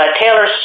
Taylor